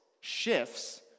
shifts